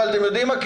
אבל אתם יודעים מה?